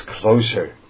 closer